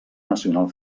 nacional